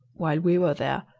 while we were there,